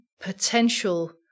potential